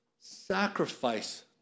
sacrifice